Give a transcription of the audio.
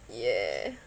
yeah